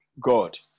God